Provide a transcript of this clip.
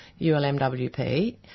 ULMWP